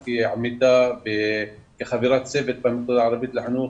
כעמיתה וכחברת צוות במכללה הערבית לחינוך